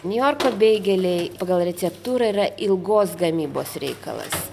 niujorko beigeliai pagal receptūrą yra ilgos gamybos reikalas